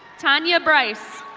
tanya bryce.